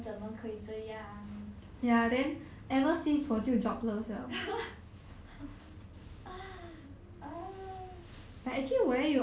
!huh! but 那个 digital 的也是没有 get back to 你他们怎么可以这样